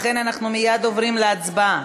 לכן, אנחנו מייד עוברים להצבעה.